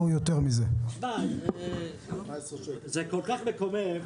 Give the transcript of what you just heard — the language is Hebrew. זה כל כך מקומם.